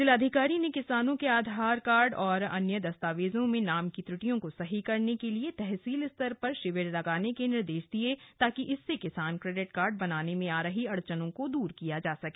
जिलाधिकारी ने किसानों के आधार कार्ड और अन्य दस्तावेजों में नाम की त्रुटियों को सही करने के लिए तहसील स्तर पर शिविर लगाने के निर्देश दिये ताकि इससे किसान क्रेडिट कार्ड बनाने में आ रही अड़चनों को दूर किया जा सके